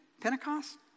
Pentecost